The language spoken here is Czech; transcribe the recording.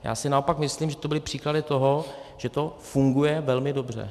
Já si naopak myslím, že to byly příklady toho, že to funguje velmi dobře.